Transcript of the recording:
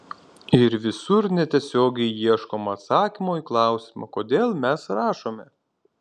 ir visur netiesiogiai ieškoma atsakymo į klausimą kodėl mes rašome